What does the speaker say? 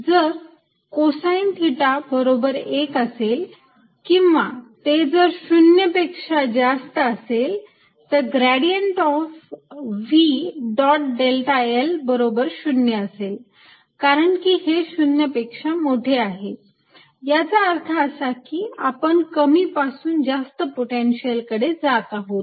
cosθ0 or θ90o जर cosine theta बरोबर 1 असेल किंवा ते जर 0 पेक्षा जास्त असेल तर gradient of V dot delta l बरोबर 0 असेल कारण की हे 0 पेक्षा मोठे आहे याचा अर्थ असा की आपण कमी पासून जास्त पोटेन्शिअल कडे जात आहोत